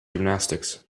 gymnastics